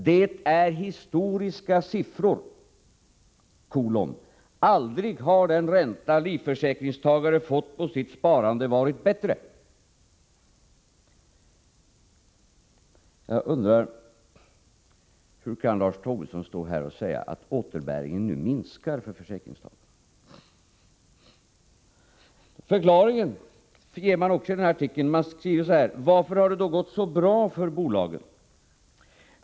Det är historiska siffror: Aldrig har den ränta livförsäkringstagare fått på sitt sparande varit bättre.” Jag undrar: Hur kan Lars Tobisson stå här och säga att återbäringen nu minskar för försäkringstagarna? Det ges också en förklaring i den här artikeln. Man skriver så här: ”Varför har det då gått så bra för bolagen?